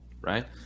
right